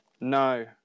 No